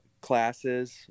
classes